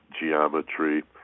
geometry